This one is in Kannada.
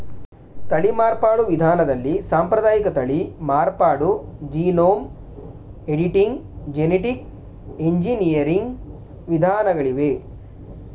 ತಳಿ ಮಾರ್ಪಾಡು ವಿಧಾನದಲ್ಲಿ ಸಾಂಪ್ರದಾಯಿಕ ತಳಿ ಮಾರ್ಪಾಡು, ಜೀನೋಮ್ ಎಡಿಟಿಂಗ್, ಜೆನಿಟಿಕ್ ಎಂಜಿನಿಯರಿಂಗ್ ವಿಧಾನಗಳಿವೆ